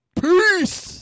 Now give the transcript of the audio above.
Peace